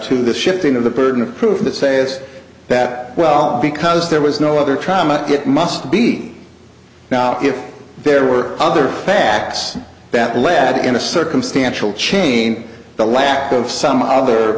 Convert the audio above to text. to the shifting of the burden of proof that say is that well because there was no other trauma it must be now if there were other facts that lead in a circumstantial chain the lack of some other